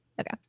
Okay